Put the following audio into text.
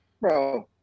bro